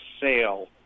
sale